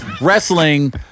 wrestling